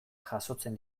jasotzen